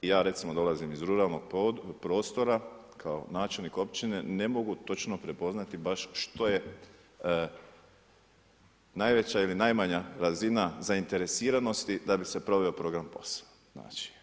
Ja recimo, dolazim iz ruralnog prostora, kao načelnik općine ne mogu točno prepoznati baš što je najveća ili najmanja razina zainteresiranosti da bi se proveo program POS-a.